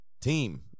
team